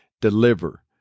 deliver